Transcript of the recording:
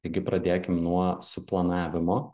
taigi pradėkim nuo suplanavimo